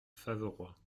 faverois